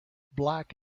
black